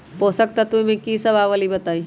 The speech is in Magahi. पोषक तत्व म की सब आबलई बताई?